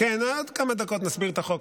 בעוד כמה דקות נסביר את החוק.